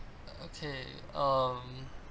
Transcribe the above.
okay um